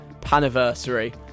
paniversary